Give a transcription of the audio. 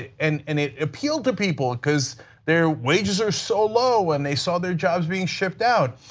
and and it appealed to people because their wages are so low and they saw their jobs being shipped out.